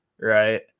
right